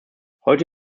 heute